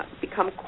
become